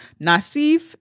Nasif